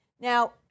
Now